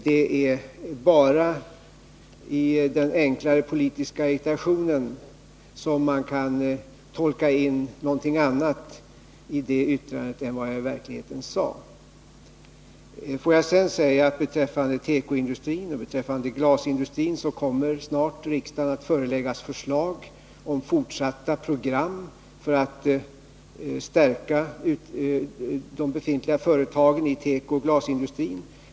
Det är bara i den enklare politiska agitationen som man kan tolka in något annat i det yttrandet än vad jag i verkligheten sade. Beträffande tekoindustrin och glasindustrin kommer riksdagen snart att föreläggas förslag om fortsatta program för att stärka de befintliga företagen inom dessa branscher.